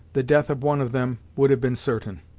the death of one of them would have been certain.